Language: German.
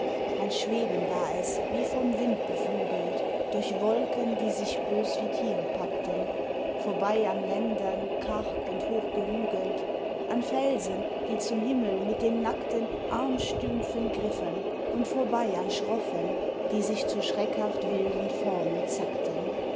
ein schweben war es wie vom wind beflügelt durch wolken die sich bös wie tiere packten vorbei an ländern karg und hochgehügelt an felsen die zum himmel mit den nackten armstümpfen griffen und vorbei an schroffen die sich zu schreckhaft wilden formen zackten